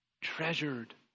Treasured